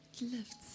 lifts